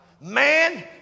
Man